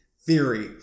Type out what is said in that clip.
theory